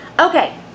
Okay